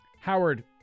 Howard